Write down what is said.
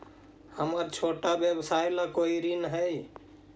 हमर छोटा व्यवसाय ला कोई ऋण हई?